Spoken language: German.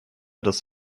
dass